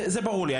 זה ברור לי.